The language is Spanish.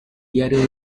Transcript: diario